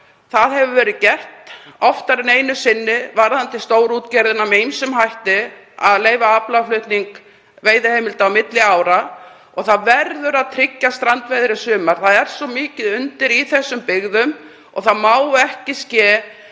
Það hefur verið gert oftar en einu sinni varðandi stórútgerðina með ýmsum hætti að leyfa aflaflutning veiðiheimilda á milli ára. Það verður að tryggja strandveiðar í sumar. Það er svo mikið undir í þessum byggðum og það má ekki